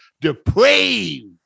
depraved